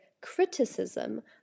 criticism